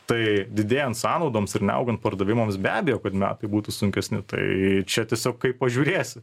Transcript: tai didėjant sąnaudoms ir neaugant pardavimams be abejo kad metai būtų sunkesni tai čia tiesiog kaip pažiūrėsi